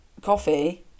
coffee